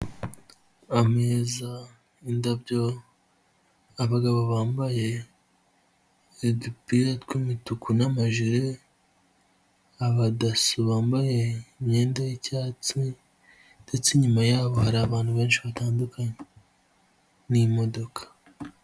Ameza, indabyo, abagabo bambaye udupira tw'imituku n'amajire, aba DASSO bambaye imyenda y'icyatsi, ndetse inyuma yabo hari abantu benshi batandukanye n'imodoka.